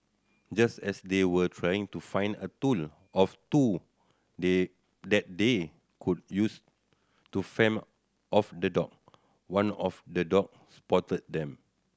just as they were trying to find a tool of two they that they could use to fend off the dog one of the dog spotted them